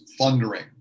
thundering